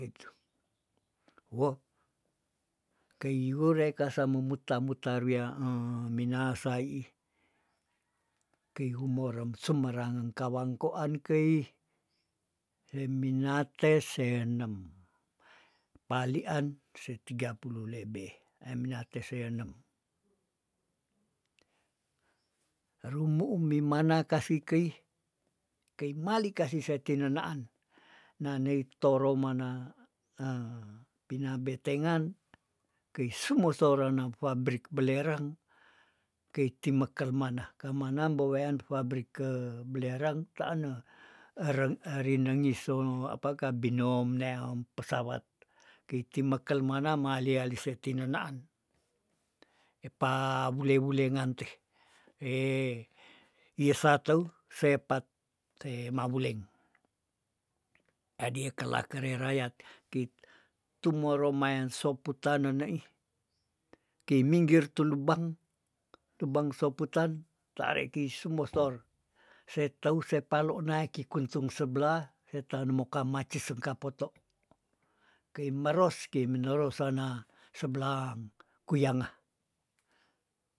Itu, woh keiure kasa memuta- mutar wia minahasa iih kei humorem semerangan kawangkoan kei, e minate senem palian se tiga puluh lebe eminate seanem, rumuu mimana kasi keih- keih mali kasi sati nanaan nanei toro mana pinabetengan kei sumo sorang na fabrik belerang, kei timekel mana kamanam bewean fabrik ke belerang ta ne ereng erinengiso apa kabinom neam pesawat, kei timekel mana malia liseti nenaan, epa wule- wule ngante yesa teuh sepate mawuleng, adia kela kelerayat keit tumoro mayan soputan neneih, kei minggir tulubang lubang soputan tarekei sumes stor se teu sepalo nae kikuntung seblah setan moka macis sengkapoto, kei meros kei minerosana seblang kuyanga.